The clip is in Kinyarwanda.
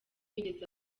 yigeze